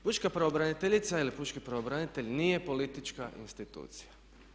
Pučka pravobraniteljica ili pučki pravobranitelj nije politička institucija.